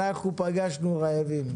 אנחנו פגשנו רעבים.